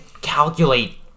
calculate